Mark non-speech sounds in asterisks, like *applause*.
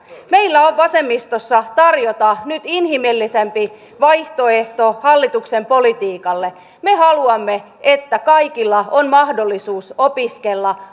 meillä on vasemmistossa tarjota nyt inhimillisempi vaihtoehto hallituksen politiikalle me haluamme että kaikilla on mahdollisuus opiskella *unintelligible*